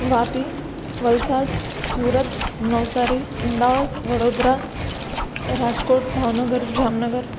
Vapi Valsad Surat Navsari Ahmedabad Vadodara Rajkot Bhavnagar Jamnagar